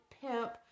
pimp